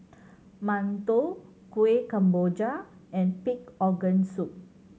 mantou Kuih Kemboja and pig organ soup